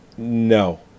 No